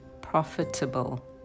profitable